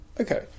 Okay